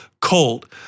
cold